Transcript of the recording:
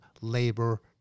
labor